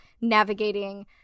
navigating